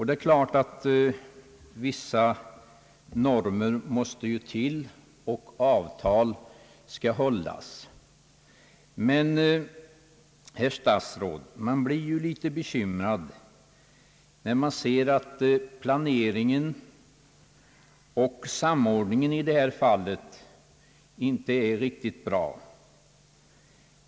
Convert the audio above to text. Det är klart att vissa normer måste tillämpas och att avtal skall hållas. Men, herr statsråd, man blir litet bekymrad när man ser att planeringen och samordningen i detta fall inte är riktigt bra.